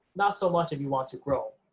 not so much if you want to grow.